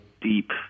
deep